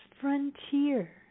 frontier